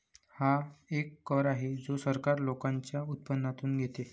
हा एक कर आहे जो सरकार लोकांच्या उत्पन्नातून घेते